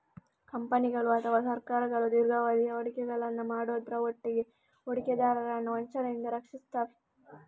ಕಂಪನಿಗಳು ಅಥವಾ ಸರ್ಕಾರಗಳು ದೀರ್ಘಾವಧಿಯ ಹೂಡಿಕೆಗಳನ್ನ ಮಾಡುದ್ರ ಒಟ್ಟಿಗೆ ಹೂಡಿಕೆದಾರರನ್ನ ವಂಚನೆಯಿಂದ ರಕ್ಷಿಸ್ತವೆ